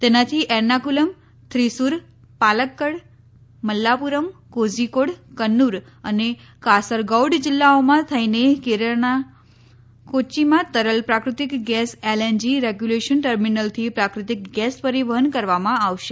તેનાથી એરનાકુલમ થ્રીસુર પાલકકડ મલ્લાપુરમ કોઝીકોડ કન્નુર અને કાસરગૌડ જીલ્લાઓમાં થઇને કેરળના કોચ્ચીમાં તરલ પ્રાકૃતિક ગેસ એલએનજી રેગ્યુલેશન ટર્મીનલથી પ્રાકૃતિક ગેસ પરીવહન કરવામાં આવશે